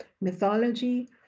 mythology